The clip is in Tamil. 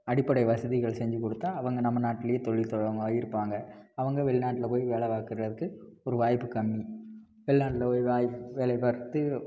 அடிப்படை வசதிகள் செஞ்சு கொடுத்தா அவங்க நம்ம நாட்லையே தொழில் தொடர்கிற மாதிரி இருப்பாங்க அவங்க வெளிநாட்டில் போய் வேலை பார்க்கறதுக்கு ஒரு வாய்ப்பு கம்மி வெளிநாட்டில் போய் வாய்ப் வேலை பார்த்து